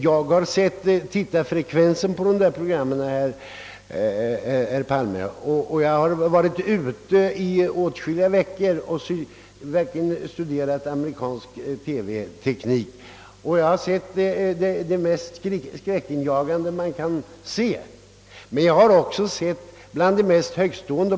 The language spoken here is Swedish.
Jag har emellertid, herr Palme, varit i Förenta Staterna åtskilliga veckor och där studerat TV-tekniken och tittarfrekvensen för olika program. Jag har där sett det mest skräckinjagande program man gärna kan tänka sig, men jag har också sett något av det mest högtstående.